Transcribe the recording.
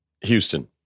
Houston